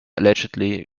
allegedly